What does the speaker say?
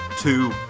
two